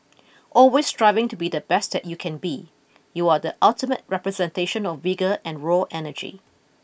always striving to be the best you can be you are the ultimate representation of vigour and raw energy